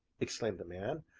exclaimed the man.